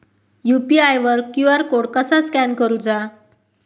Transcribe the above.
UPI वर QR code कसा स्कॅन करूचा?